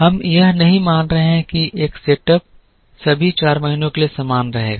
हम यह नहीं मान रहे हैं कि एक सेट सेटअप सभी चार महीनों के लिए समान रहेगा